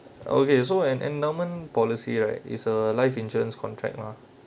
okay so an endowment policy right it's a life insurance contract mah